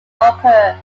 occur